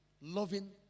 loving